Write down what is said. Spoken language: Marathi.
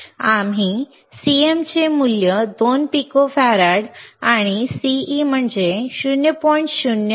आम्ही CM चे मूल्य 2 picofarad आणि CE म्हणजे 0